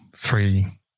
Three